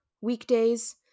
weekdays